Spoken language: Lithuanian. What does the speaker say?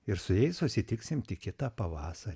ir su jais susitiksim tik kitą pavasarį